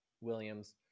Williams